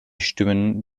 stimmen